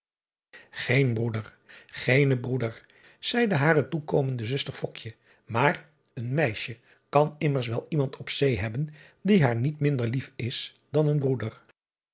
een broeder geen broeder zeide hare toekomende zuster maar eeu meisje kan immers wel iemand op zee hebben die haar niet minder lief is dan een broeder